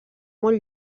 molt